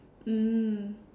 mm